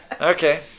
Okay